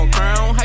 Crown